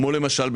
כמו למשל,